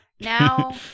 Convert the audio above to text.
now